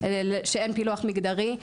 שאין פילוח מגדרי.